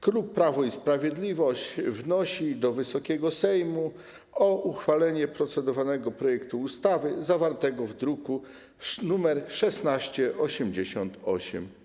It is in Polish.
Klub Prawo i Sprawiedliwość wnosi od Wysokiego Sejmu o uchwalenie procedowanego projektu ustawy zawartego w druku nr 1688.